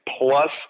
plus